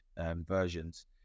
versions